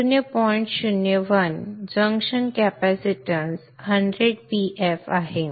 01 junction capacitance 100 pf आहे